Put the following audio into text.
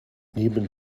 neben